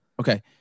Okay